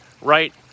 right